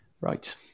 Right